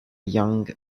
young